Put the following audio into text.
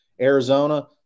Arizona